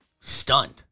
stunned